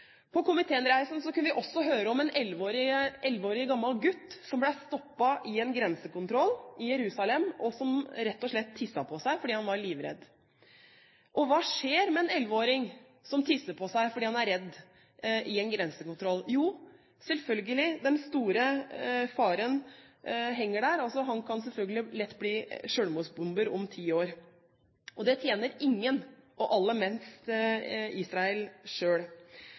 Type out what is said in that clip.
en 11 år gammel gutt som ble stoppet ved en grensekontroll i Jerusalem, og som rett og slett tisset på seg fordi han var livredd. Og hva skjer med en 11-åring som tisser på seg fordi han er redd i en grensekontroll? Jo, selvfølgelig, det er en stor overhengende fare for at han lett kan bli selvmordsbomber om ti år. Det tjener ingen, og aller minst Israel